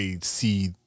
see